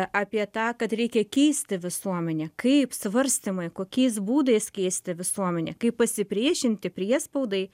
apie tą kad reikia keisti visuomenę kaip svarstymai kokiais būdais keisti visuomenę kaip pasipriešinti priespaudai